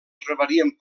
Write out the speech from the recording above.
trobarien